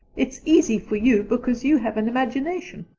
it's easy for you because you have an imagination,